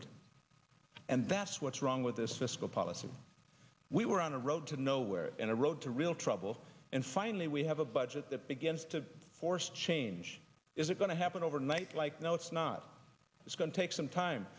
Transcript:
it and that's what's wrong with this fiscal policy we were on a road to nowhere in a road to real trouble and finally we have a budget that begins to force change is it going to happen overnight like no it's not it's going to take some time